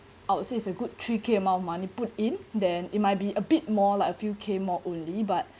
I would say it's a good three K amount of money put in then it might be a bit more like few K more only but